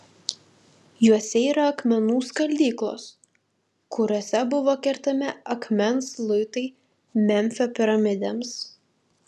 juose yra akmenų skaldyklos kuriose buvo kertami akmens luitai memfio piramidėms